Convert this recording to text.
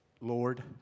Lord